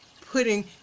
putting